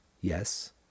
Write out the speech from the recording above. Yes